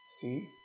See